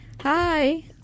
Hi